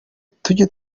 tujye